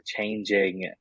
changing